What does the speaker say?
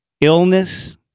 illness